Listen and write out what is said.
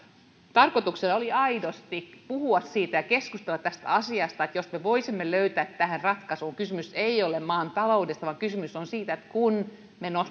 tarkoituksena oli aidosti puhua siitä ja keskustella tästä asiasta että jos me voisimme löytää tähän ratkaisun kysymys ei ole maan taloudesta vaan kysymys on siitä että kun